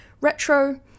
retro